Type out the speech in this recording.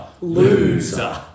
loser